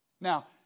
Now